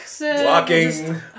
Walking